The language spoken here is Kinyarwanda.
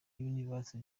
universe